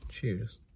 cheers